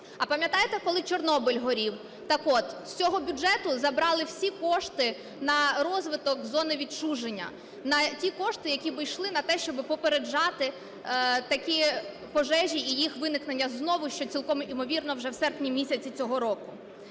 А пам'ятаєте, коли Чорнобиль горів? Таке от, з цього бюджету забрали всі кошти на розвиток зони відчуження, ті кошти, які би йшли на те, щоби попереджати такі пожежі і їх виникнення знову, що цілком ймовірно вже в серпні місяці цього року.